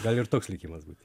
gali ir toks likimas būti